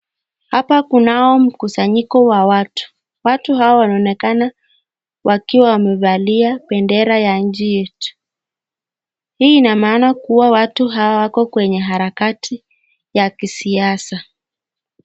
Hapa kunao mkusanyiko wa watu. Watu hawa wanaonekana wakiwa wamevalia bendera ya nchi yetu. Hii ina maana kuwa hawa watu wako kwa harakati ya kisiasa.